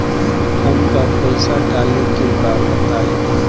हमका पइसा डाले के बा बताई